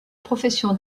profession